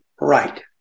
right